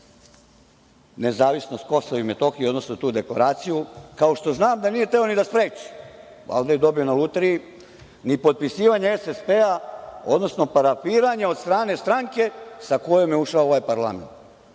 nezavisnost Kosova i Metohije, odnosno tu deklaraciju, kao što znam da nije hteo ni da spreči, valjda je dobio na lutriji, ni potpisivanje SSP, odnosno parafiranje od strane stranke sa kojom je ušao u ovaj parlament.